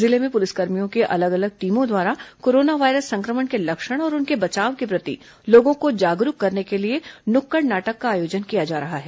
जिले में पुलिसकर्मियों की अलग अलग टीमों द्वारा कोरोना वायरस संक्रमण के लक्षण और उसके बचाव के प्रति लोगों को जागरूक करने के लिए नुक्कड़ नाटक का आयोजन किया जा रहा है